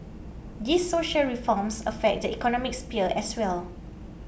these social reforms affect the economic sphere as well